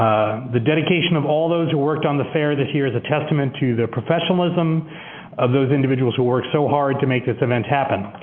the dedication of all those who worked on the fair this year is a testament to their professionalism of those individuals who worked so hard to make this event happen.